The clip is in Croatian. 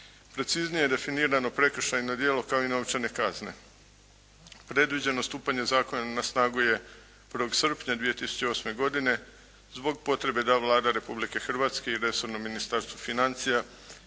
preciznije je definirano prekršajno djelo kao i novčane kazne. Predviđeno stupanje zakona na snagu je 1. srpnja 2008. godine zbog potrebe da Vlada Republike Hrvatske i resorno Ministarstvo financija